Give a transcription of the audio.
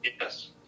yes